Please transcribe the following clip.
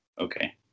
okay